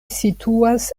situas